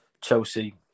Chelsea